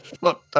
Look